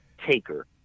taker